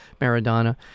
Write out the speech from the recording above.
Maradona